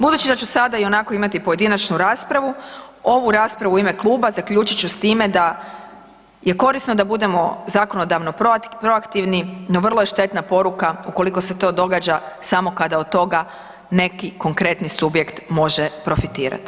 Budući da ću sada ionako imati pojedinačnu raspravu, ovu raspravu u ime kluba zaključit ću s time da je korisno da budemo zakonodavno proaktivni, no vrlo je štetna poruka ukoliko se to događa samo kada od toga neki konkretni subjekt može profitirati.